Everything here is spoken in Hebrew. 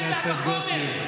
חברת הכנסת גוטליב.